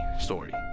story